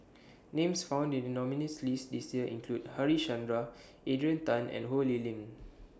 Names found in The nominees' list This Year include Harichandra Adrian Tan and Ho Lee Ling